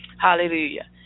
Hallelujah